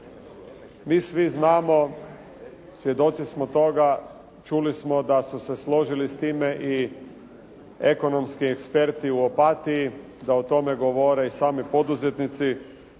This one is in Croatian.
Mi svi znamo, svjedoci smo toga, čuli smo da su se složili s time i ekonomski eksperti u Opatiji, da o tome govore i sami poduzetnici,